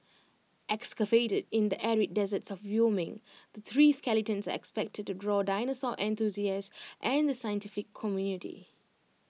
excavated in the arid deserts of Wyoming the three skeletons are expected to draw dinosaur enthusiasts and the scientific community